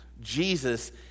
Jesus